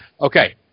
Okay